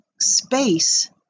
Space